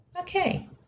Okay